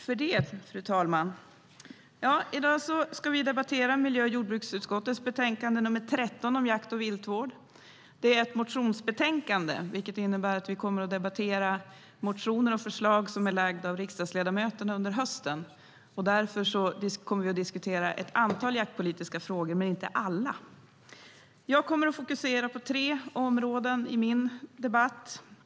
Fru talman! I dag ska vi debattera miljö och jordbruksutskottets betänkande 13 om jakt och viltvård. Det är ett motionsbetänkande, vilket innebär att vi kommer att debattera motioner och förslag som lagts fram av riksdagsledamöterna under hösten. Vi kommer därför att diskutera ett antal jaktpolitiska frågor men inte alla. Jag kommer att fokusera på tre områden i mitt anförande.